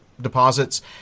deposits